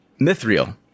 Mithril